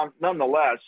nonetheless